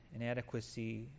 inadequacy